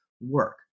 work